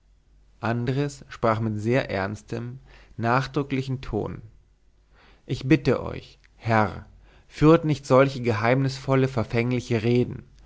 andres sprach mit sehr ernstem nachdrücklichen ton ich bitte euch herr führt nicht solche geheimnisvolle verfängliche reden